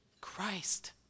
Christ